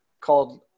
called